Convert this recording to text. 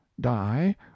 die